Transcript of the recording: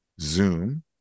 Zoom